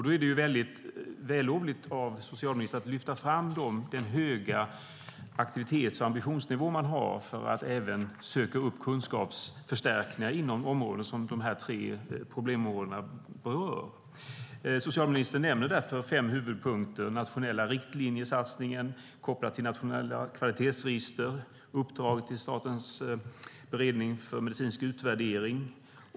Då är det vällovligt av socialministern att lyfta fram den höga aktivitets och ambitionsnivå man har för att även söka upp kunskapsförstärkningar inom de tre problemområden som berörs här. Socialministern nämner därför fem huvudpunkter. Det är satsningen på nationella riktlinjer, kopplat till nationella kvalitetsregister och uppdraget till Statens beredning för medicinsk utvärdering.